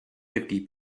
fifty